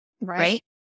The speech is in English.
right